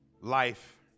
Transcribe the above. life